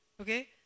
Okay